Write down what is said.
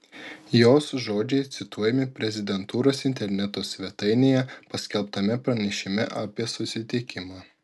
jos žodžiai cituojami prezidentūros interneto svetainėje paskelbtame pranešime apie susitikimą